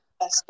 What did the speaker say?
Yes